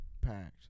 packed